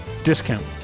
Discount